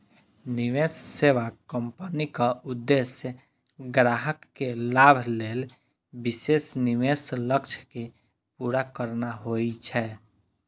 निवेश सेवा कंपनीक उद्देश्य ग्राहक के लाभ लेल विशेष निवेश लक्ष्य कें पूरा करना होइ छै